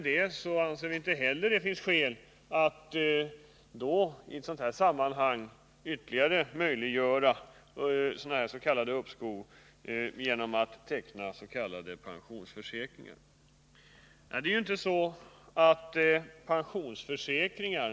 Därför anser vi inte att det finns skäl att i ett sådant här sammanhang ytterligare öka möjligheterna till s.k. uppskov genom att nu fatta beslut om att uppskov med beskattning skall kunna ske vid avsättning tills.k. pensionsförsäkringar.